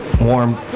warm